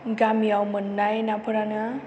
गामिआव मोनाय नाफोरानो